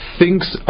thinks